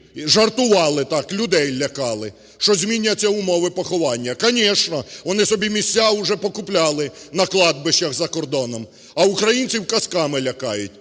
жартували так, людей лякали, що зміняться умови поховання. Конечно, вони собі місця уже покупляли накладбищах за кордоном. А українців казками лякають.